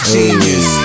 Genius